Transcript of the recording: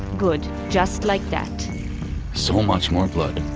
good, just like that so much more blood.